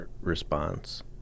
response